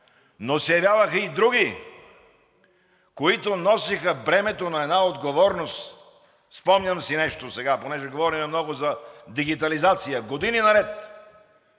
Но се явяваха и други, които носеха бремето на една отговорност. Спомням си нещо сега, понеже говорим много за дигитализация – години наред,